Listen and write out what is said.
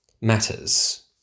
matters